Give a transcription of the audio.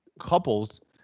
couples